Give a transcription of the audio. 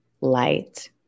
light